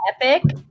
epic